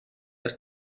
per